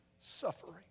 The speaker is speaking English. suffering